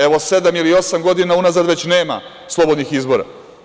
Evo, sedam ili osam godina unazad već nema slobodnih izbora.